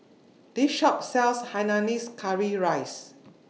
This Shop sells Hainanese Curry Rice